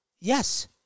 Yes